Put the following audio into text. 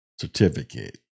Certificate